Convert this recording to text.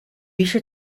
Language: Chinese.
于是